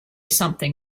something